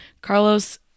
Carlos